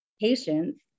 patients